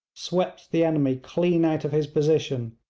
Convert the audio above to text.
swept the enemy clean out of his position,